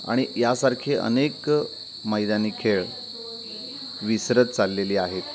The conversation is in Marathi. आणि यासारखे अनेक मैदानी खेळ विसरत चाललेली आहेत